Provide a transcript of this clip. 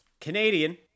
canadian